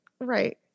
right